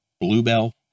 bluebell